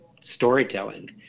storytelling